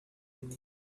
again